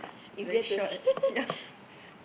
it's very short yeah